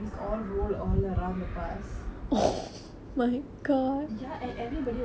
ya and everybody was helping the old lady up but nobody knew that I was injured too